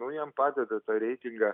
nu jam padeda tą reitingą